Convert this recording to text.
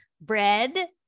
bread